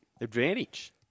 Advantage